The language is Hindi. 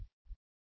8 लोग कहें